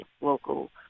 local